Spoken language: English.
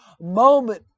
moment